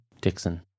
Dixon